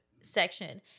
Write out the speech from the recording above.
section